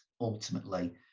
ultimately